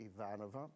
Ivanova